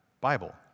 Bible